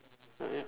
ah ya